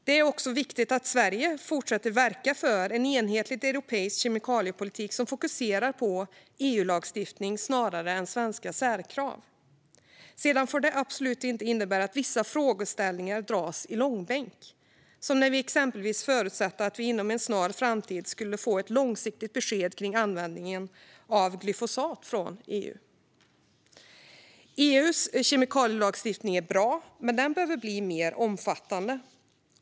Det är också viktigt att Sverige fortsätter att verka för en enhetlig europeisk kemikaliepolitik som fokuserar på EU-lagstiftning snarare än svenska särkrav. Det får dock inte innebära att vissa frågeställningar dras i långbänk, som när vi exempelvis förutsatte att vi inom en snar framtid skulle få ett långsiktigt besked från EU om användningen av glyfosat. EU:s kemikalielagstiftning är bra, men den behöver bli mer omfattande.